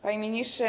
Panie Ministrze!